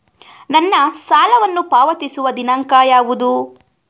ನನ್ನ ಸಾಲವನ್ನು ಪಾವತಿಸುವ ದಿನಾಂಕ ಯಾವುದು?